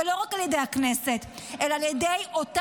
ולא רק על ידי הכנסת אלא על ידי אותם